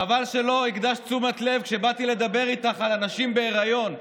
חבל שלא הקדשת תשומת לב כשבאתי לדבר איתך על הנשים בהיריון.